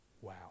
Wow